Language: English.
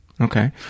Okay